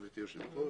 גברתי היושבת-ראש,